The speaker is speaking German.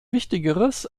wichtigeres